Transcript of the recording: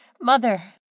mother